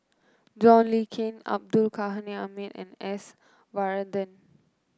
John Le Cain Abdul Ghani Hamid and S Varathan